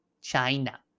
China